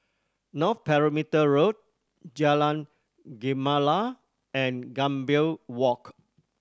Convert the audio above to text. North Perimeter Road Jalan Gemala and Gambir Walk